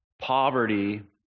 poverty